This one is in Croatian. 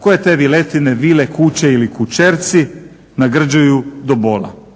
koje te viletine, vile, kuće ili kućerci nagrđuju do bola.